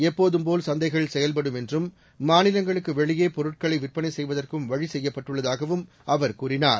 எப்போதம் போல் சந்தைகள் செயல்படும் என்றும் மாநிலங்களுக்கு வெளியே பொருட்களை விற்பனை செய்வதற்கும் வழி செய்யப்பட்டுள்ளதாகவும் அவர் கூறினார்